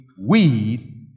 weed